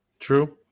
true